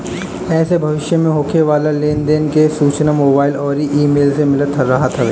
एसे भविष्य में होखे वाला लेन देन के सूचना मोबाईल अउरी इमेल से मिलत रहत हवे